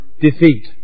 defeat